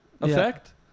effect